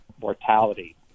mortality